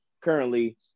currently